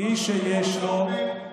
מי שיש לו,